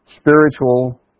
spiritual